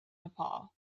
nepal